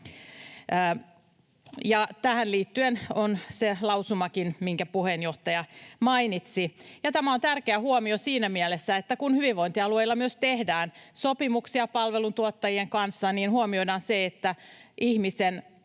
Tähän liittyen on se lausumakin, minkä puheenjohtaja mainitsi. Tämä on tärkeä huomio siinä mielessä, että kun hyvinvointialueilla myös tehdään sopimuksia palveluntuottajien kanssa, niin huomioidaan se, että ihmisen